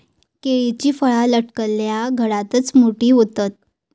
केळीची फळा लटकलल्या घडातच मोठी होतत